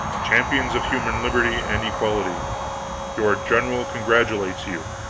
champions of human liberty and equality your general congratulates you!